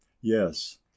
yes